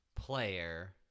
player